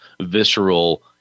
visceral